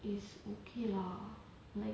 is okay lah like